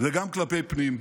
וגם כלפי פנים.